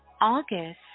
August